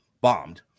bombed